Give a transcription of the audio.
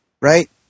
right